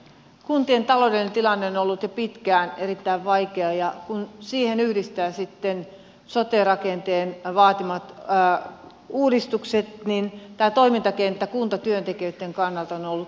kuntien taloudellinen tilanne on ollut jo pitkään erittäin vaikea ja kun siihen yhdistää sitten sote rakenteen vaatimat uudistukset niin tämä toimintakenttä kuntatyöntekijöitten kannalta on ollut todella vaativa